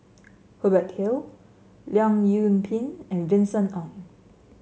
Hubert Hill Leong Yoon Pin and Vincent Ng